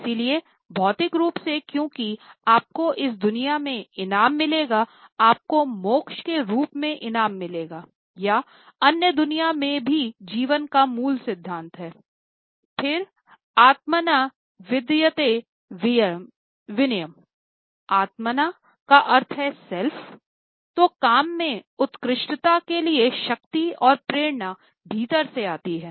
इसलिए भौतिक रूप से क्योंकि आपको इस दुनिया में इनाम मिलेगा आपको मोक्ष के रूप में इनाम मिलेगा या अन्य दुनिया में भी जीवन का मूल सिद्धांत हैं